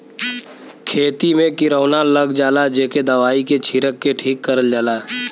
खेती में किरौना लग जाला जेके दवाई के छिरक के ठीक करल जाला